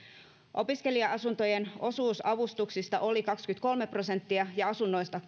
opiskelija asuntojen osuus avustuksista oli kaksikymmentäkolme prosenttia ja asunnoista